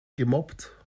gemobbt